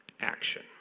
action